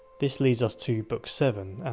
this leads us to book seven, and